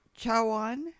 Chawan